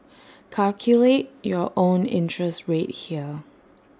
calculate your own interest rate here